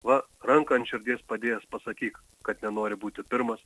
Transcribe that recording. va ranką ant širdies padėjęs pasakyk kad nenori būti pirmas